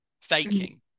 faking